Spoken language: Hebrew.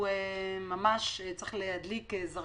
בילים בממשלה שהולכים בדרך הקלה מבחינת ההיבט הפיננסי